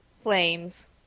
Flames